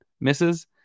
misses